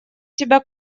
тебя